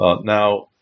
Now